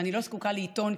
ואני לא זקוקה לעיתון,